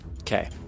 okay